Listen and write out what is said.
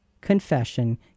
confession